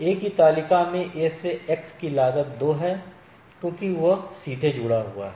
A की तालिका में A से X की लागत 2 है क्योंकि यह सीधे जुड़ा हुआ है